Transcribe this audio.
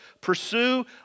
pursue